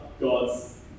God's